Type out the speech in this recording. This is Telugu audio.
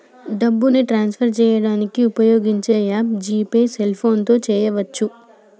డబ్బుని ట్రాన్స్ఫర్ చేయడానికి ఉపయోగించే యాప్ జీ పే సెల్ఫోన్తో చేయవచ్చు